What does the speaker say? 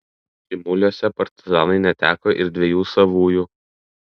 šimuliuose partizanai neteko ir dviejų savųjų